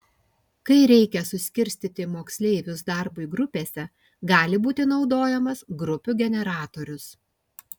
kai reikia suskirstyti moksleivius darbui grupėse gali būti naudojamas grupių generatorius